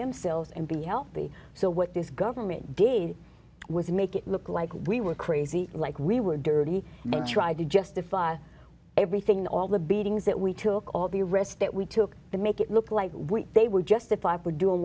themselves and be healthy so what this government gave was make it look like we were crazy like we were dirty and tried to justify everything all the beatings that we took all the rest that we took the make it look like what they were justified